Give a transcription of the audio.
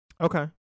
Okay